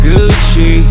Gucci